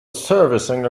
servicing